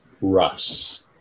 Russ